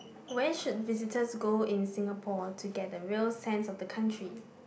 where should visitors go in Singapore to get a real sense of the country